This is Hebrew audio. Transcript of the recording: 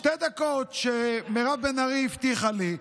שתי דקות שמירב בן ארי הבטיחה לי.